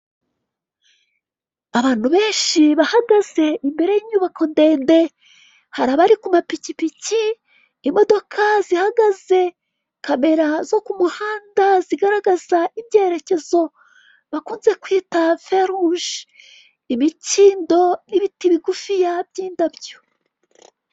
Abantu benshi bahagaze imbere y'inyubako ndende, hari abari ku mapikipiki, imodoka zihagaze, kamera zo ku muhanda zigaragaza ibyerekezo bakunze kwita feruje. Imikido n'ibiti bigufiya by'indabyo.